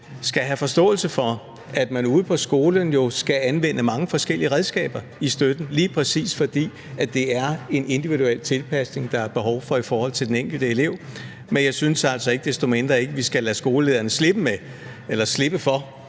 skal have forståelse for, at man ude på skolen jo skal anvende mange forskellige redskaber i støtten – lige præcis fordi det er en individuel tilpasning, der er behov for i forhold til den enkelte elev. Men ikke desto mindre synes jeg altså ikke, at vi skal lade skolelederne slippe for, at deres